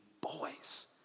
boys